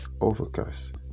Overcast